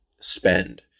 spend